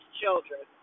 children